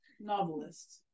novelist